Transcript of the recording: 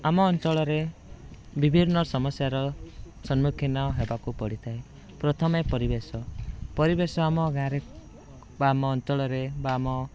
ଆମ ଅଞ୍ଚଳରେ ବିଭିନ୍ନ ସମସ୍ୟା ସମ୍ମୁଖୀନ ହେବାକୁ ପଡ଼ିଥାଏ ପ୍ରଥମେ ପରିବେଶ ପରିବେଶ ଆମ ଗାଁରେ ବା ଆମ ଅଞ୍ଚଳରେ ବା ଆମ